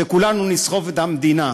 שכולנו נסחף את המדינה.